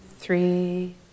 Three